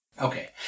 Okay